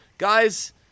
Guys